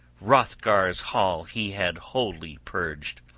hrothgar's hall he had wholly purged,